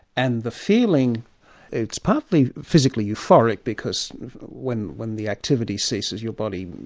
and the feeling it's partly physically euphoric because when when the activity ceases your body